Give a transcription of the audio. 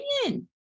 opinion